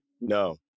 no